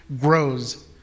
grows